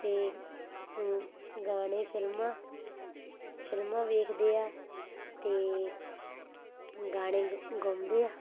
ਅਤੇ ਗਾਣੇ ਫਿਲਮਾਂ ਫਿਲਮਾਂ ਵੇਖਦੇ ਆ ਅਤੇ ਗਾਣੇ ਗਾਉਂਦੇ ਆ